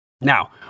Now